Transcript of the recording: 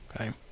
okay